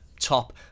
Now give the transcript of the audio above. top